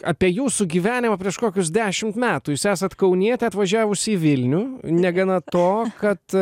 apie jūsų gyvenimą prieš kokius dešimt metų jūs esat kaunietė atvažiavusi į vilnių negana to kad